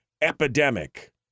epidemic